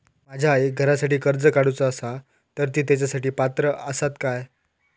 माझ्या आईक घरासाठी कर्ज काढूचा असा तर ती तेच्यासाठी पात्र असात काय?